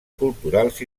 culturals